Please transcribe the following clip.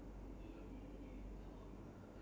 one sixty two and sixty three